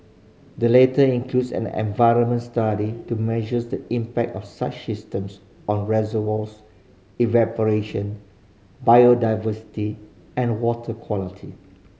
the latter includes an environmental study to measure the impact of such systems on reservoirs evaporation biodiversity and water quality